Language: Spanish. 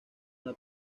una